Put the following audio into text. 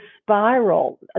spiral